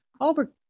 Albert